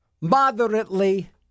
moderately